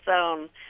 own